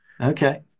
Okay